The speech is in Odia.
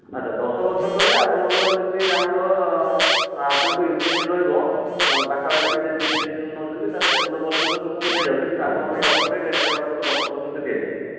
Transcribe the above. ଆଚ୍ଛା ଦଶବର୍ଷ କଲେ ଆପଣଙ୍କର ଯଦି ଆମର ଆପଣଙ୍କୁ ଇଣ୍ଟରେଷ୍ଟ ରହିବ ପାଖାପାଖି ଯଦି ବିଜିନେସ ଲୋନ ନେଉଛନ୍ତି ତାହେଲେ ଚଉଦ ପରସେଣ୍ଟ ଲୁକଙ୍କୁ ଦିଆଯାଉଛି କିନ୍ତୁ ଆପଣଙ୍କପାଇଁ ଅଫର ରେ ଏଇଟାକୁ ଆପଣଙ୍କୁ ଦଶ ପରସେଣ୍ଟରେ ଦିଆଯିବ